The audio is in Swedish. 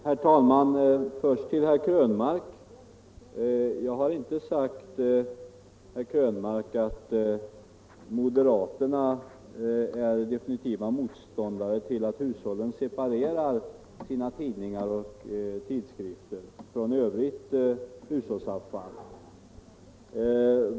Herr talman! Först vill jag vända mig till herr Krönmark. Jag har inte sagt, herr Krönmark, att moderaterna definitivt är motståndare till att hushållen separerar sina tidningar och tidskrifter från övrigt hushållsavfall.